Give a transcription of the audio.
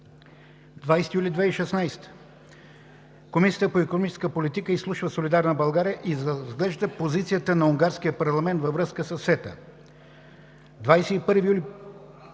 20 юли 2016 г. Комисията по икономическа политика изслушва „Солидарна България“ и разглежда позицията на унгарския парламент във връзка със СЕТА. На 21 юли 2016